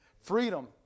Freedom